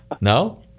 no